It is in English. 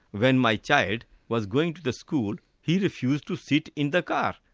when my child was going to the school, he refused to sit in the car.